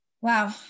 wow